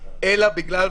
אלא בגלל,